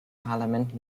parlament